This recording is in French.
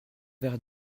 verre